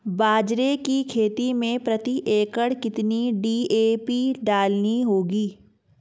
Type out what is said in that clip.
बाजरे की खेती में प्रति एकड़ कितनी डी.ए.पी डालनी होगी?